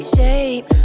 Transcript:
shape